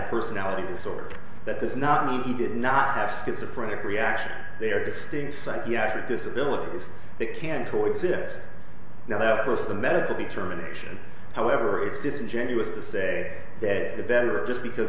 a personality disorder that does not mean he did not have schizophrenia reaction they are distinct psychiatric disabilities that can co exist now for some medical determination however it's disingenuous to say that the better just because